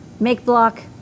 Makeblock